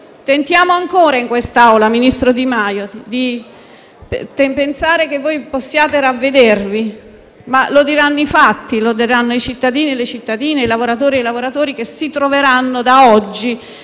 tentiamo ancora in quest'Aula, ministro Di Maio, di pensare che voi possiate ravvedervi, ma lo diranno i fatti, lo diranno i cittadini e le cittadine, i lavoratori e le lavoratrici che si troveranno da oggi